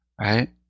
right